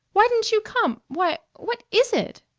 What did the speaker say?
why didn't you come why, what is it?